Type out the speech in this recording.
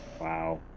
Wow